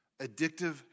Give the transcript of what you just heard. addictive